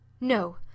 No